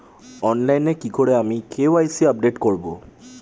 অনলাইনে কি করে আমি কে.ওয়াই.সি আপডেট করব?